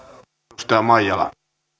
arvoisa herra puhemies